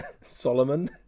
Solomon